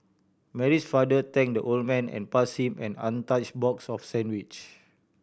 Mary's father thank the old man and pass him an untouch box of sandwich